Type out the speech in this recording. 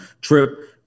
Trip